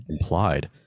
implied